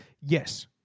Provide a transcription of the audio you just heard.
Yes